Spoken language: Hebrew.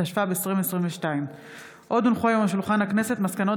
התשפ"ב 2022. עוד הונחו היום על שולחן הכנסת מסקנות